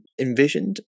envisioned